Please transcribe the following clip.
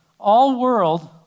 All-world